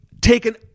taken